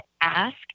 ask